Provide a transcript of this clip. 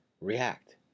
react